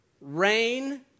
rain